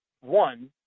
one